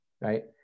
right